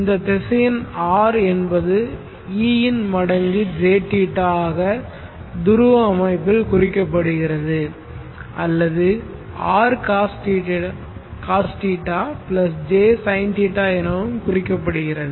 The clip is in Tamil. இந்த திசையன் R என்பது e இன் மடங்கு jθ ஆக துருவ அமைப்பில் குறிக்கப்படுகிறது அல்லது R cos θ j sin θ எனவும் குறிக்கப்படுகிறது